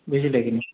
ବୁଝ୍ଲେ କି ନି